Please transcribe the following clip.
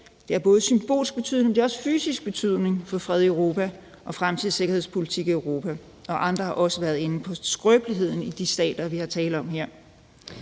det har også fysisk betydning for fred i Europa og fremtidig sikkerhedspolitik i Europa. Og andre har også været inde på skrøbeligheden i de stater, der er tale om her.